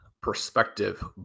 perspective